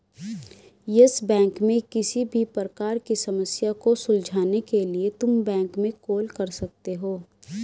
yes bank में किसी भी प्रकार की समस्या को सुलझाने के लिए तुम बैंक में कॉल कर सकते हो